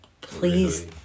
Please